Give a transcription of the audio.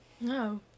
No